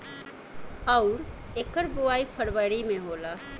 अउर एकर बोवाई फरबरी मे होला